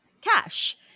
cash